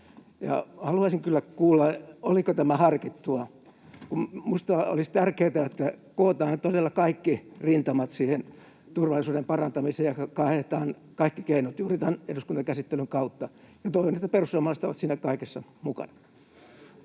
haluaisin kyllä kuulla, oliko tämä harkittua. Kun minusta olisi tärkeätä, että kootaan todella kaikki rintamat siihen turvallisuuden parantamiseen ja haetaan kaikki keinot juuri tämän eduskuntakäsittelyn kautta, niin toivon, että perussuomalaiset ovat siinä kaikessa mukana.